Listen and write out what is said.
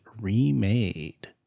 remade